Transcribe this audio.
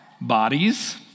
bodies